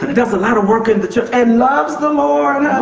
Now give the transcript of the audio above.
does a lot of work in the church and loves the lord,